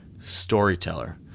storyteller